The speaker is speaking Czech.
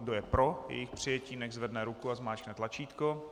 Kdo je pro jejich přijetí, nechť zvedne ruku a zmáčkne tlačítko.